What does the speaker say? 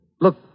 Look